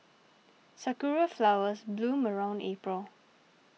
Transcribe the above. sakura flowers bloom around April